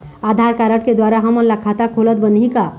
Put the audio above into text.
आधार card के द्वारा हमन ला खाता खोलत बनही का?